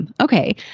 okay